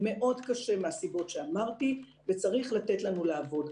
מאוד קשה מהסיבות שאמרתי וצריך לתת לנו לעבוד.